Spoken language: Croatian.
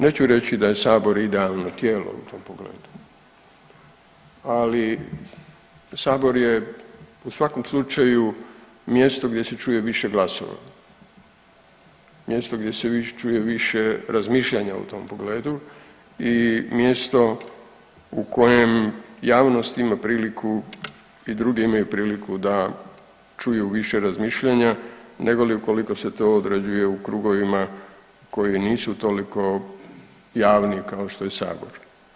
Neću reći da je sabor idealno tijelo u tom pogledu, ali sabor je u svakom slučaju mjesto gdje se čuje više glasova, mjesto gdje se čuje više razmišljanja u tom pogledu i mjesto u kojem javnost ima priliku i drugi imaju priliku da čuju više razmišljanja negoli ukoliko se to određuje u krugovima koji nisu toliko javni kao što je sabor.